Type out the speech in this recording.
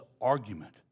argument